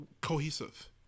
cohesive